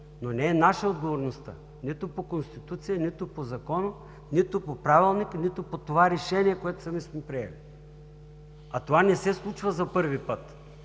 но не е наша отговорността – нито по Конституция, нито по закон, нито по Правилник, нито по това решение, което сами сме приели. А това не се случва за първи път,